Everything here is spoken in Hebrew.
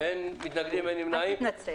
מי נמנע?